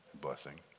blessing